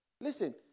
Listen